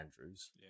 Andrews